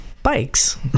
Bikes